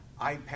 iPad